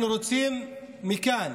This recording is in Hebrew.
אנחנו רוצים לפנות מכאן